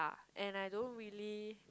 and I don't really